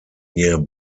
near